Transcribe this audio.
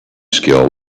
skill